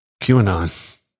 QAnon